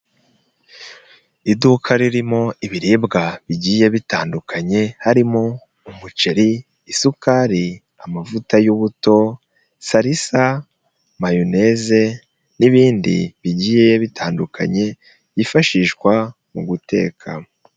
Iduka ririmo ibiribwa bigiye bitandukanye harimo umuceri, isukari, amavuta y'ubuto, salisa, mayoneze n'ibindi bigiye bitandukanye yifashishwa mu guteka.